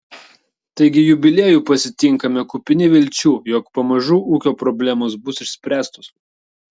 taigi jubiliejų pasitinkame kupini vilčių jog pamažu ūkio problemos bus išspręstos